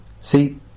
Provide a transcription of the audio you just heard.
See